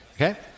Okay